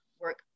work